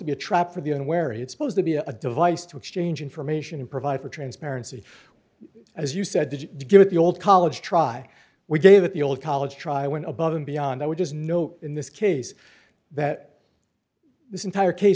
to be a trap for the unwary it's supposed to be a device to exchange information and provide for transparency as you said to give it the old college try we gave it the old college try went above and beyond that which is no in this case that this entire case